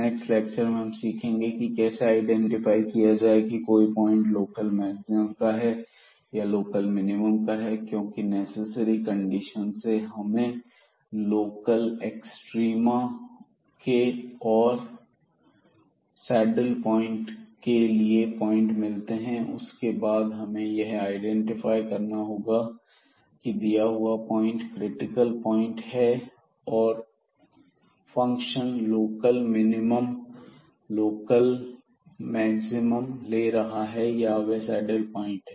next lecture में हम यह सीखेंगे की कैसे आईडेंटिफाई किया जाए कि कोई पॉइंट लोकल मैक्सिमम का है या लोकल मिनिमम का है क्योंकि नेसेसरी कंडीशन से हमें लोकल एक्सट्रीमा के और सैडल प्वाइंट के लिए पॉइंट मिलते हैं लेकिन उसके बाद हमें यह आईडेंटिफाई करना होगा कि दिया हुआ पॉइंट क्रिटिकल प्वाइंट है और function local minimum local maximum ले रहा है या यह सैडल प्वाइंट है